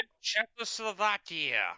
Czechoslovakia